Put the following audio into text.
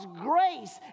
grace